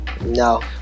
No